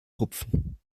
rupfen